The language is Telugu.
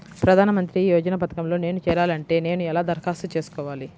ప్రధాన మంత్రి యోజన పథకంలో నేను చేరాలి అంటే నేను ఎలా దరఖాస్తు చేసుకోవాలి?